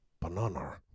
banana